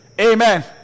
Amen